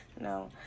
No